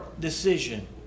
decision